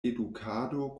edukado